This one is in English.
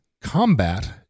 combat